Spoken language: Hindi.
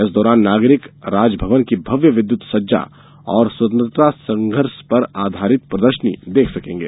इस दौरान नागरिक राजभवन की भव्य विद्युत सज्जा और स्वतंत्रता संघर्ष पर आधारित प्रदर्शनी देख सकेंगे